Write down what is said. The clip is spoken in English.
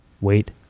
wait